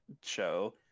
show